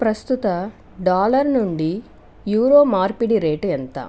ప్రస్తుత డాలర్ నుండి యూరో మార్పిడి రేటు ఎంత